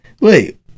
wait